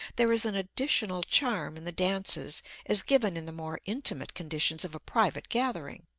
there is an additional charm in the dances as given in the more intimate conditions of a private gathering.